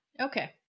Okay